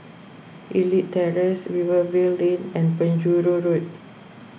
Elite Terrace Rivervale Lane and Penjuru Road